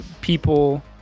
people